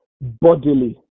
bodily